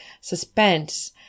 suspense